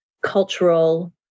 cultural